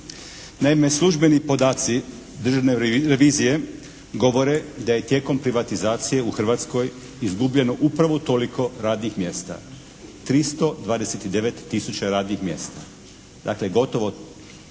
Naime, službeni podaci Državne revizije govore da je tijekom privatizacije u Hrvatskoj izgubljeno upravo toliko radnih mjesta 329 tisuća radnih mjesta. Dakle, gotovo